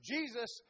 Jesus